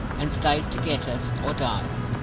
and stays to get it, or dies.